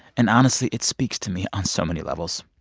and honestly, it speaks to me on so many levels.